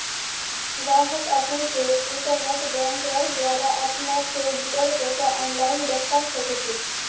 गाहक अपने स इंटरनेट बैंकिंगेंर द्वारा अपनार चेकबुकेर पैसा आनलाईन दखवा सखछे